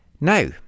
Now